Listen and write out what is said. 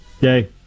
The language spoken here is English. Yay